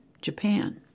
Japan